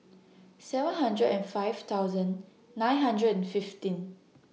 seven hundred and five thousand nine hundred and fifteen